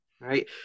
Right